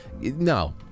no